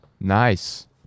Nice